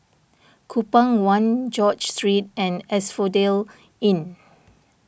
Kupang one George Street and Asphodel Inn